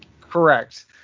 correct